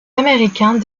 américains